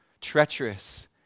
treacherous